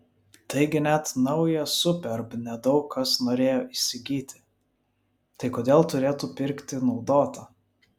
taigi net naują superb ne daug kas norėjo įsigyti tai kodėl turėtų pirkti naudotą